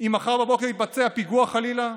אם מחר בבוקר יתבצע פיגוע, חלילה?